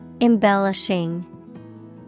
Embellishing